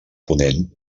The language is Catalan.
ponent